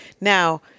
Now